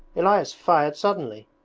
elias fired suddenly.